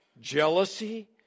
jealousy